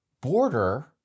border